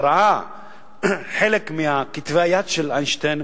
וראה חלק מכתבי היד של איינשטיין,